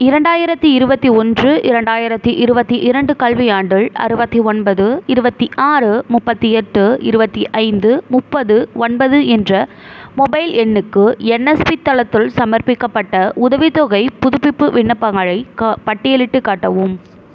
இரண்டாயிரத்தி இருபத்தி ஒன்று இரண்டாயிரத்தி இருபத்தி இரண்டு கல்வியாண்டில் அறுபத்தி ஒன்பது இருபத்தி ஆறு முப்பத்தியெட்டு இருபத்தி ஐந்து முப்பது ஒன்பது என்ற மொபைல் எண்ணுக்கு என்எஸ்பி தளத்தில் சமர்ப்பிக்கப்பட்ட உதவித்தொகைப் புதுப்பிப்பு விண்ணப்பங்களைப் பட்டியலிட்டுக் காட்டவும்